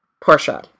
portia